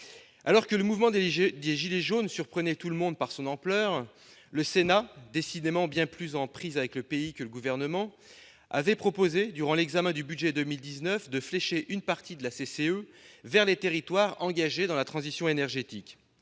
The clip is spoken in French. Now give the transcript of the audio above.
Alors que le mouvement des « gilets jaunes » surprenait tout le monde par son ampleur, le Sénat, décidément bien plus en prise avec le pays que le Gouvernement, avait proposé durant l'examen du budget pour 2019 de flécher une partie de la CCE vers les territoires engagés dans la transition énergétique.